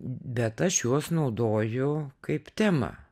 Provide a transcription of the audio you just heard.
bet aš juos naudoju kaip temą